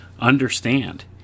understand